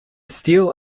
steel